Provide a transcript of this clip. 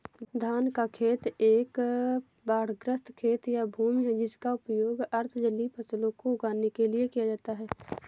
धान का खेत एक बाढ़ग्रस्त खेत या भूमि है जिसका उपयोग अर्ध जलीय फसलों को उगाने के लिए किया जाता है